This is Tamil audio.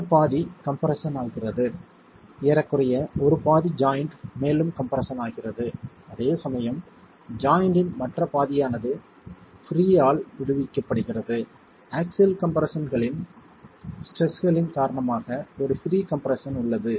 மற்ற பாதி கம்ப்ரெஸ்ஸன் ஆகிறது ஏறக்குறைய ஒரு பாதி ஜாய்ண்ட் மேலும் கம்ப்ரெஸ்ஸன் ஆகிறது அதேசமயம் ஜாய்ண்ட்டின் மற்ற பாதியானது ப்ரீ ஆல் விடுவிக்கப்படுகிறது ஆக்ஸில் ஸ்ட்ரெஸ்களின் காரணமாக ஒரு ப்ரீ கம்ப்ரெஸ்ஸன் உள்ளது